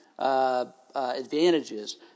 advantages